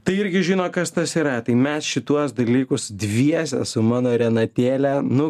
tai irgi žino kas tas yra tai mes šituos dalykus dviese su mano renatėle nu